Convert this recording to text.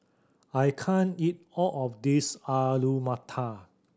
I can't eat all of this Alu Matar